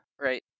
Right